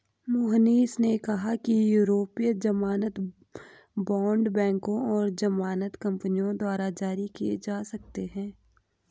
मोहनीश ने कहा कि यूरोपीय ज़मानत बॉण्ड बैंकों और ज़मानत कंपनियों द्वारा जारी किए जा सकते हैं